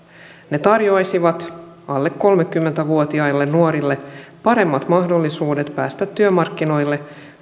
ne tarjoaisivat alle kolmekymmentä vuotiaille nuorille paremmat mahdollisuudet päästä työmarkkinoille